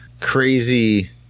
crazy